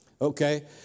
Okay